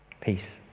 Peace